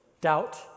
doubt